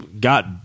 got